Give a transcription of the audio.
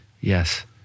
Yes